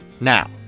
Now